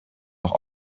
doch